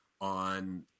on